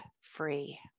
free